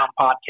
podcast